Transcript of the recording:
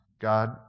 God